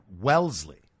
Wellesley